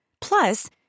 Plus